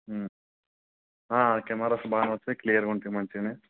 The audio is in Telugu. కెమెరాస్ బాగానే వస్తాయి క్లియర్గుంటయి మంచిగనే